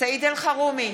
סעיד אלחרומי,